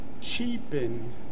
cheapen